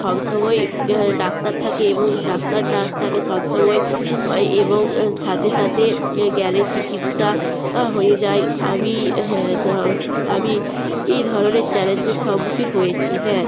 সব সময় ডাক্তার থাকে এবং ডাক্তার নার্স থাকে সব সময়ই অয় এবং সাথে সাথে এ গেলে চিকিৎসা হয়ে যায় আমি আমি এই ধরনের চ্যালেঞ্জের সম্মুখীন হয়েছি হ্যাঁ